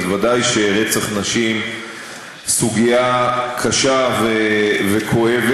ודאי שרצח נשים הוא סוגיה קשה וכואבת.